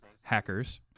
Hackers